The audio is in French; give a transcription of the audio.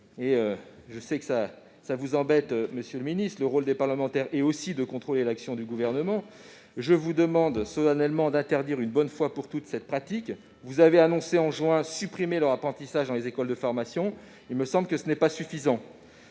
Je sais que cela vous embête, monsieur le ministre, mais le rôle des parlementaires est aussi de contrôler l'action du Gouvernement. Aussi, je vous demande solennellement d'interdire une bonne fois pour toutes cette pratique. Vous avez annoncé en juin vouloir en supprimer l'apprentissage dans les écoles de formation. Il me semble que ce n'est pas suffisant.